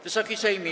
Wysoki Sejmie!